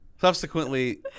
subsequently